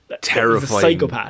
Terrifying